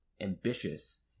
ambitious